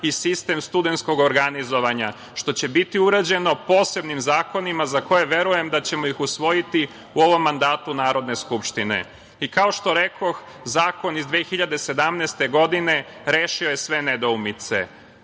i sistem studentskog organizovanja, što će biti uređeno posebnim zakonima za koje verujem da ćemo ih usvojiti u ovom mandatu Narodne skupštine. Kao što rekoh, zakon iz 2017. godine rešio je sve nedoumice.